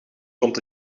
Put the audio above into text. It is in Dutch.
komt